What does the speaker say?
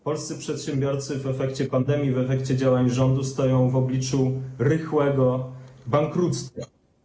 Polscy przedsiębiorcy w efekcie pandemii, w efekcie działań rządu stoją w obliczu rychłego bankructwa.